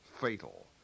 fatal